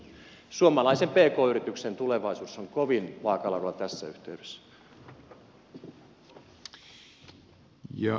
suomalaisen pk yrityksen tulevaisuus on kovin vaakalaudalla tässä yhteydessä